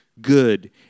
good